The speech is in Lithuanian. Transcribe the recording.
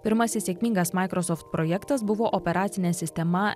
pirmasis sėkmingas microsoft projektas buvo operacinė sistema